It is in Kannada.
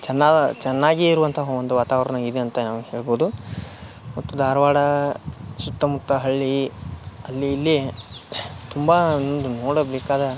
ಚೆನ್ನ ಚೆನ್ನಾಗಿ ಇರುವಂಥ ಒಂದು ವಾತಾವರ್ಣ ಇದೆ ಅಂತ ನಾವು ಹೇಳ್ಬೋದು ಮತ್ತು ಧಾರ್ವಾಡ ಸುತ್ತಮುತ್ತ ಹಳ್ಳಿ ಅಲ್ಲಿ ಇಲ್ಲಿ ತುಂಬ ನೋಡಬೇಕಾದ